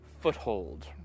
foothold